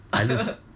I lose